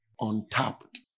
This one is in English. untapped